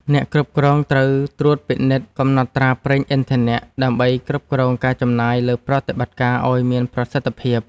អ្នកគ្រប់គ្រងត្រូវត្រួតពិនិត្យកំណត់ត្រាប្រេងឥន្ធនៈ ដើម្បីគ្រប់គ្រងការចំណាយលើប្រតិបត្តិការឱ្យមានប្រសិទ្ធភាព។